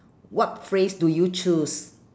what phrase do you choose